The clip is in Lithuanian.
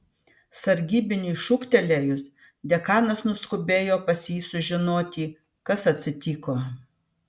sargybiniui šūktelėjus dekanas nuskubėjo pas jį sužinoti kas atsitiko